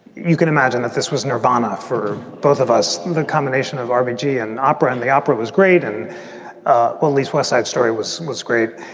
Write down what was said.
you can imagine that this was nirvana for both of us. the combination of r b g and opera and the opera was great and ah but these west side story was was great.